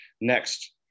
Next